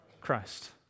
Christ